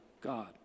God